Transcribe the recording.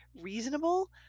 reasonable